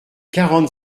quarante